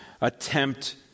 attempt